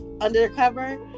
undercover